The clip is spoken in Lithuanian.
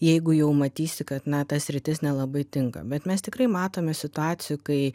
jeigu jau matysi kad na ta sritis nelabai tinka bet mes tikrai matome situacijų kai